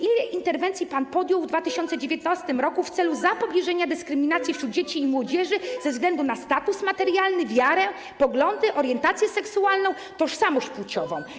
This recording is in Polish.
Ile interwencji pan podjął w 2019 r. w celu zapobieżenia dyskryminacji wśród dzieci i młodzieży ze względu na status materialny, wiarę, poglądy, orientację seksualną, tożsamość płciową?